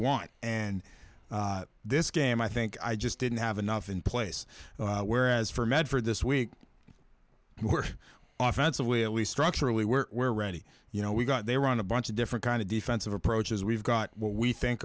want and this game i think i just didn't have enough in place whereas for medford this week we're on fence of where we structurally were ready you know we got there on a bunch of different kind of defensive approaches we've got what we think